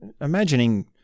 imagining